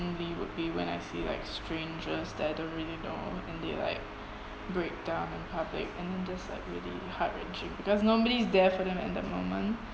would be when I see like strangers that I don't really know and they like breakdown in public and then just like really heart-wrenching because nobody is there for them at that moment